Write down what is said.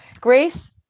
Grace